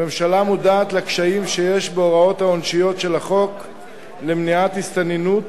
הממשלה מודעת לקשיים שיש בהוראות העונשיות של החוק למניעת הסתננות,